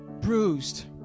bruised